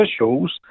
officials